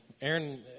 Aaron